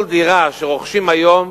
כל דירה שרוכשים היום,